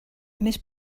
més